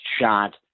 shot